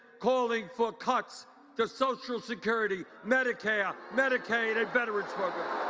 calling for cuts to social security, medicare, medicaid, and veterans